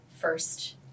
first